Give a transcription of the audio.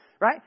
right